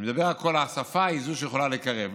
אני מדבר על זה שהשפה היא שיכולה לקרב.